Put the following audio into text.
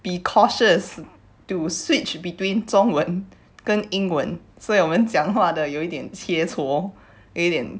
be conscious to switch between 中文跟英文所有人讲话的有一点切磋有一点